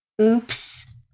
Oops